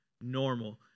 Normal